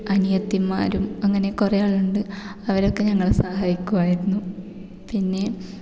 അനിയത്തിമാരും അങ്ങനെ കുറെ ആളുണ്ട് അവരൊക്കെ ഞങ്ങളെ സഹായിക്കുമായിരുന്നു പിന്നെ